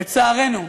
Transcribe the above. לצערנו,